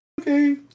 okay